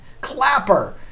Clapper